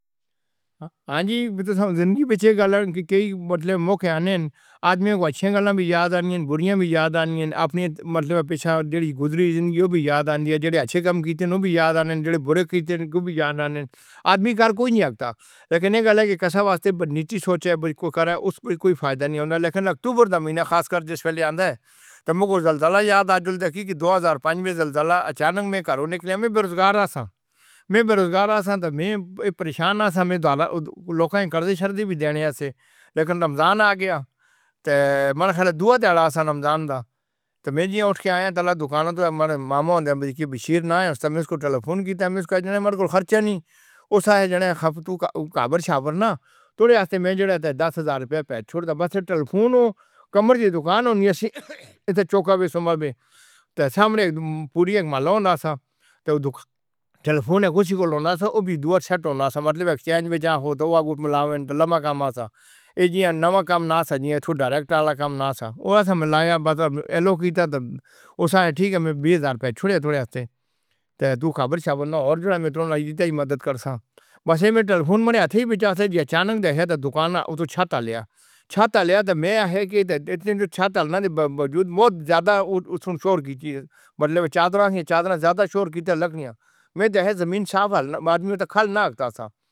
ہاں جی تو زندگی بھر یہ گلن کہ کئی مطلب موقعے آنے ہیں۔ آدمی کو اچھی گلا بھی یاد آنی ہیں، بُریاں بھی یاد آنی ہیں۔ اپنی مطلب پیچھا جو بھی گزری زندگی بھی یاد آیندی ہے۔ جو اچھے کام کیتے ہیں اُنہیں بھی یاد آنے ہیں۔ جو بُرے کیتے ہیں او بھی یاد آنے ہیں۔ آدمی کر کوئی نہیں سکدا۔ لیکن یہ گلا کہ کسا واسطے نیچے سوچے کو کرئیں۔ اُس میں کوئی فائدہ نہیں ہُندا۔ لیکن اکتوبر دا مہینہ خاص کر جس وقت آندا ہے تاں مینوں جلدی والا یاد آ جاندا ہے کہ دو ہزار پنج وچ جلدی والا اچانک میں گھروں نکلے میں بیروزگاراں ہاں۔ میں بیروزگاراں سیا تاں میں پریشاناں سیا۔ میرے لوگاں نے قرضے شرطے بھی دینے تو۔ لیکن رمضان آ گیا تاں میں دُعا کر ریا سیا۔ رمضان دا تاں میں اُٹھ کے آیا تلاش دوکاناں تو ماماں دے بشیر نے اُس دا میں اُس نوں ٹیلیفون کیتا۔ میں نے کہا میرے خرچہ نہیں۔ اُس وقت تُوں خبر چھاپڑ نہ تھوڑے آندے میں جو دس ہزار روپے چھوڑدا بس ٹیلیفون کمرے دوکان وچ اِتنے چوکے اتے سوموار کو تاں سامنے پوری اک معلوم نہ سیا۔ تاں ٹیلیفون کسے نوں لینا سیا۔ او بھی دو شیٹ ہو نہ مطلب ایکچوئلی جانچ ہو تاں اوہ ملاؤن لمبا کم ہے۔ ایہ جانبو ناں کم نہ تھو ڈائریکٹ والا کم نہ تھو ایسا ملا یا بات ایلو دی سی۔ اُسے ٹھیک ہے۔ میں بیس ہزار روپے تھوڑے آندے تاں تُوں خبر نہ تے جو میں چاہے مدد کر دا ہاں۔ بس میں ٹیلیفون میرے ہتھوں وچ جیسے ہی اچانک تاں دوکان تو چھت لیا، چھت لے آیا تاں میں کی اِتنی چھتا لین دے باوجود بہت زیادہ شور دی چیز مطلب چادر دی چادر زیادہ شور دی ترل لگن ہے۔ میں زمین صاف آدمی دا کھل نہ لگدا سیا۔